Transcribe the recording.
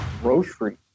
grocery